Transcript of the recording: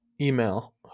email